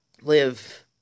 live